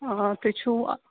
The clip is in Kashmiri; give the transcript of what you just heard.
آ تُہۍ چھُو